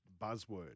buzzword